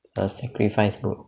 a sacrifice bro